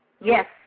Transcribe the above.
yes